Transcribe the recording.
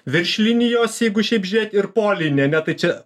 virš linijos jeigu šiaip žiūrėt ir polinė ne tai čia